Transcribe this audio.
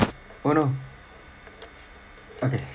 oh no okay